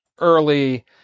early